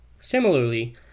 Similarly